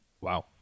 Wow